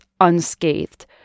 unscathed